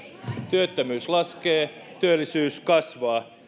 työttömyys laskee työllisyys kasvaa